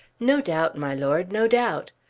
no doubt, my lord no doubt.